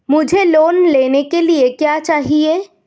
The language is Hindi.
मुझे लोन लेने के लिए क्या चाहिए?